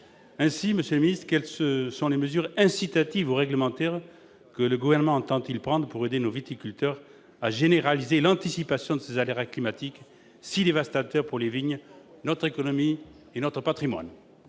individuel. Aussi, quelles sont les mesures incitatives ou réglementaires que le Gouvernement entend prendre pour aider nos viticulteurs à généraliser l'anticipation de ces aléas climatiques si dévastateurs pour les vignes, notre économie et notre patrimoine ?